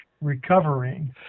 recovering